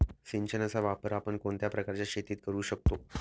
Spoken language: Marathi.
सिंचनाचा वापर आपण कोणत्या प्रकारच्या शेतीत करू शकतो?